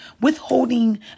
withholding